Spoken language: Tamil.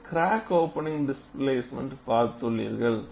நீங்கள் கிராக் ஓப்பனிங் டிஸ்பிளாஸ்ட்மென்ட் பார்த்துள்ளீர்கள்